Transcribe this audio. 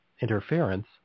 interference